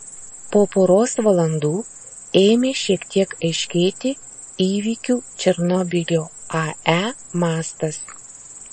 po poros valandų ėmė šiek tiek aiškėti įvykių černobylio ae mastas